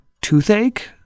toothache